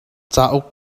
cauk